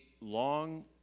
long